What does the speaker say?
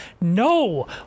no